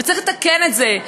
וצריך לתקן את זה.